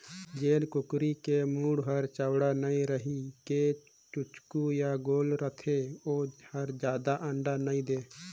जेन कुकरी के मूढ़ हर चउड़ा नइ रहि के चोचकू य गोल रथे ओ हर जादा अंडा नइ दे